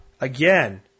again